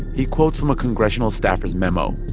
he quotes from a congressional staffer's memo.